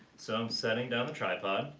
so i'm setting down the tripod,